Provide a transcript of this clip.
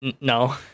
No